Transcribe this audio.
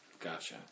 Gotcha